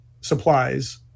supplies